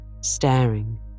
staring